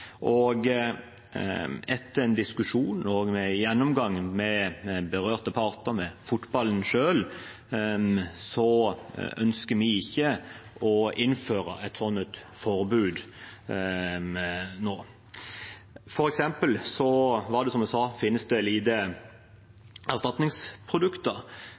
med berørte parter, med fotballen selv, ønsker vi ikke å innføre et sånt forbud nå. For eksempel finnes det, som jeg sa, lite erstatningsprodukter.